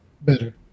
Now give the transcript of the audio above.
better